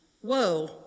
Whoa